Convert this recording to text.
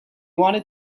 wanted